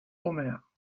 homère